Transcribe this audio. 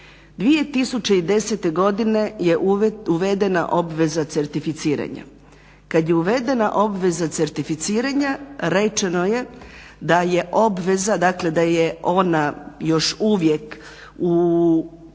2010. godine je uvedena obveza certificiranja. Kada je uvedena obveza certificiranja rečeno je da je obveza,